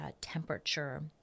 temperature